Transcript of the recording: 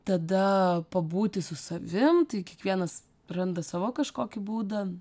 tada pabūti su savim tai kiekvienas randa savo kažkokį būdą